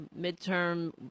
Midterm